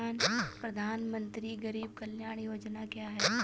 प्रधानमंत्री गरीब कल्याण योजना क्या है?